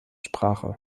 sprache